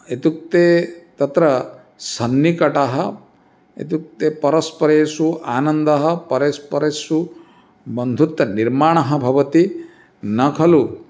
इत्युक्ते तत्र सन्निकटः इत्युक्ते परस्परेषु आनन्दः परस्परेषु बन्धुत्वनिर्माणं भवति न खलु